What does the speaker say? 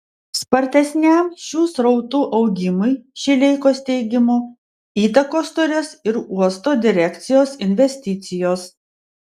spartesniam šių srautų augimui šileikos teigimu įtakos turės ir uosto direkcijos investicijos